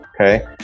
okay